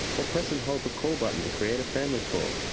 or press and hold the call button to create a family call.